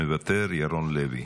מוותר, ירון לוי.